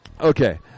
Okay